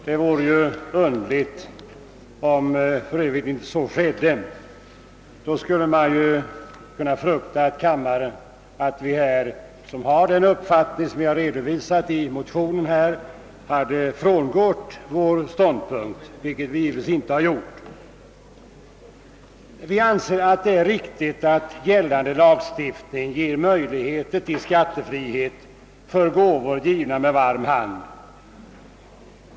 Det vore för övrigt underligt om inte så skedde; jag fruktar att kammaren då skulle tro ati vi hade frångått den ståndpunkt, som vi har redovisat i motionerna, vilket vi givetvis inte har gjort. Vi anser det riktigt att gällande lagstiftning ger möjligheter till skattefrihet för gåvor givna med varm hand.